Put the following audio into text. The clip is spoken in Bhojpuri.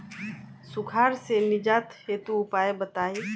सुखार से निजात हेतु उपाय बताई?